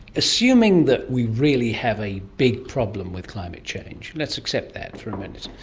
assuming that we really have a big problem with climate change, let's accept that for a minute,